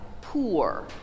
poor